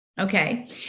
Okay